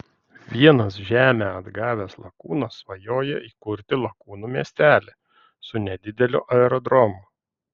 vienas žemę atgavęs lakūnas svajoja įkurti lakūnų miestelį su nedideliu aerodromu